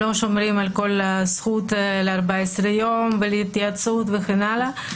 לא שומרים על הזכות ל-14 יום ולהתייעצות וכן הלאה.